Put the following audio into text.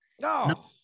No